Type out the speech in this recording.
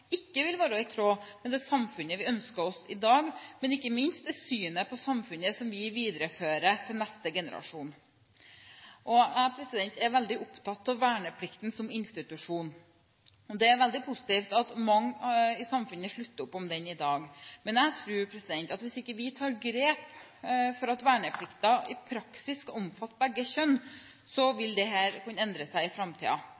ikke vil være i tråd med det samfunnet vi ønsker oss i dag, og ikke minst det synet på samfunnet som vi viderefører til neste generasjon. Jeg er veldig opptatt av verneplikten som institusjon. Det er veldig positivt at mange i samfunnet slutter opp om den i dag. Men jeg tror at hvis vi ikke tar grep for at verneplikten i praksis skal omfatte begge kjønn,